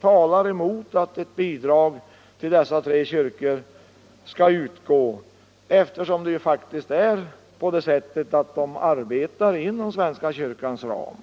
talar emot att bidrag till de estniska, lettiska och ungerska evangelisk-lutherska kyrkorna i Sverige skall utgå, eftersom de faktiskt arbetar inom svenska kyrkans ram.